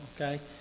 Okay